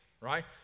Right